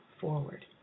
forward